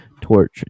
torch